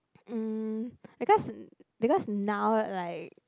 mm because because now like